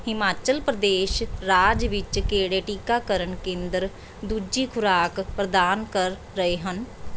ਹਿਮਾਚਲ ਪ੍ਰਦੇਸ਼ ਰਾਜ ਵਿੱਚ ਕਿਹੜੇ ਟੀਕਾਕਰਨ ਕੇਂਦਰ ਦੂਜੀ ਖੁਰਾਕ ਪ੍ਰਦਾਨ ਕਰ ਰਹੇ ਹਨ